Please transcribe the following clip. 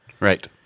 Right